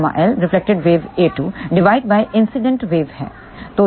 ƬL reflected wave a2 divided by incident wave है